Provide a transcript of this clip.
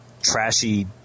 trashy